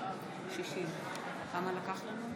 לוין, מצביע אביגדור ליברמן,